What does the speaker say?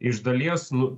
iš dalies nu